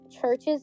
churches